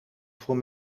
voor